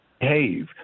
behave